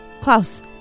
Klaus